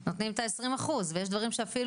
מתוך זה עכשיו נותנים את ה-20% ויש דברים שאפילו